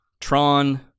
Tron